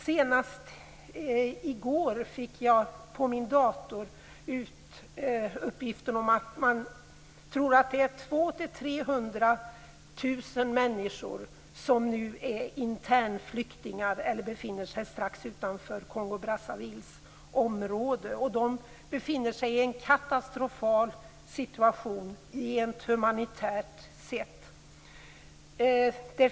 Senast i går fick jag på min dator uppgiften att man tror att det är 200 000-300 000 människor som nu är internflyktingar eller befinner sig strax utanför Kongo-Brazzavilles område. De befinner sig i en katastrofal situation rent humanitärt sett.